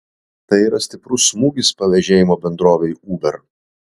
tai yra stiprus smūgis pavėžėjimo bendrovei uber